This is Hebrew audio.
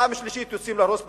פעם שלישית יוצאים להרוס בתים,